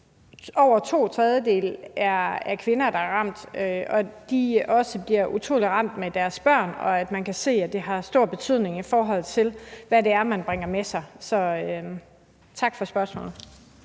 over to tredjedele af de ramte er kvinder, og at de også bliver utrolig ramt i forhold til deres børn, og at man kan se, at det har stor betydning i forhold til, hvad det er, man bringer med sig. Tak for spørgsmålet.